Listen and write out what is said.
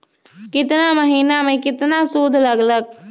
केतना महीना में कितना शुध लग लक ह?